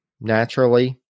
Naturally